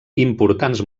importants